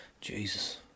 Jesus